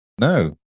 No